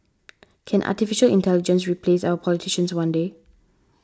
can Artificial Intelligence replace our politicians one day